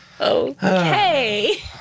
okay